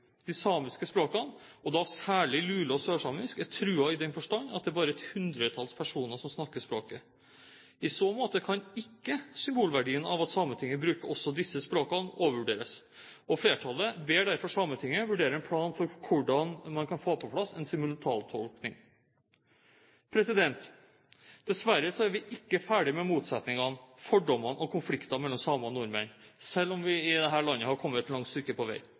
De samiske språkene – og da særlig lule- og sørsamisk – er truet i den forstand at det bare er et hundretalls personer som snakker språket. I så måte kan ikke symbolverdien av at Sametinget bruker også disse språkene, overvurderes. Flertallet ber derfor Sametinget vurdere en plan for hvordan man kan få på plass en simultantolking. Dessverre er vi ikke ferdig med motsetningene, fordommene og konfliktene mellom samer og nordmenn, selv om vi i dette landet har kommet et langt stykke på vei.